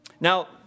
Now